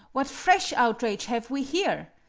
what fresh outrage have we here?